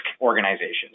organizations